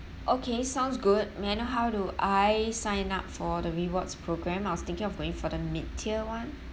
okay sounds good may I know how do I sign up for the rewards program I was thinking of going for the mid tier [one]